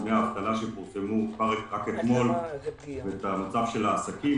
נתוני האבטלה שפורסמו רק אתמול והמצב של העסקים,